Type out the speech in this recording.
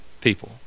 people